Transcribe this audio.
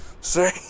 Sorry